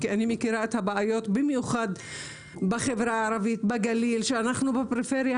הבאנו את הרפורמה